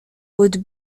would